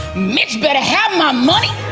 mitch better have my money